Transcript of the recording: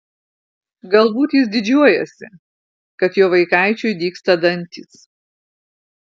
galbūt jis didžiuojasi kad jo vaikaičiui dygsta dantys